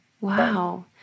Wow